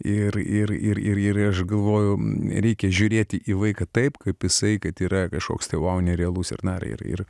ir ir ir ir ir aš galvoju reikia žiūrėti į vaiką taip kaip jisai kad yra kažkoks tai vau nerealus ir na ir ir